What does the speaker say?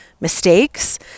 mistakes